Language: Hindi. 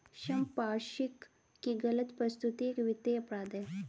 संपार्श्विक की गलत प्रस्तुति एक वित्तीय अपराध है